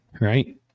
right